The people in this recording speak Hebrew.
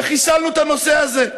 וחיסלנו את הנושא הזה.